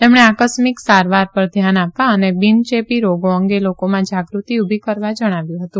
તેમણે આકસ્મિક સારવાર પર ધ્યાન આપવા અને બીન ચેપી રોગો અંગે લોકોમાં જાગૃતિ ઉભી કરવા જણાવ્યું હતું